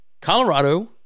Colorado